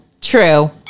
True